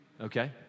Okay